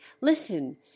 listen